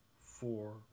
four